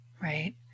Right